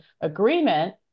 agreement